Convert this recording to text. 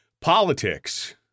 politics